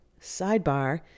sidebar